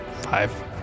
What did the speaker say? Five